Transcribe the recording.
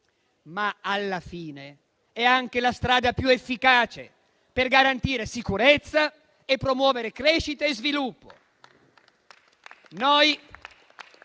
ma alla fine è anche la strada più efficace per garantire sicurezza e promuovere crescita e sviluppo.